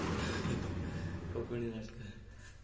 कोंकणी नाटकां